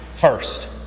first